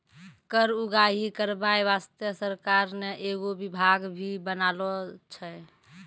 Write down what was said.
कर उगाही करबाय बासतें सरकार ने एगो बिभाग भी बनालो छै